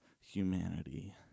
humanity